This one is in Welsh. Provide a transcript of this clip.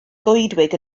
goedwig